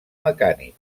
mecànic